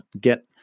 get